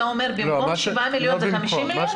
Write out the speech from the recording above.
אתה אומר במקום השבעה מיליון זה 50 מיליון?